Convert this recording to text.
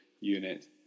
unit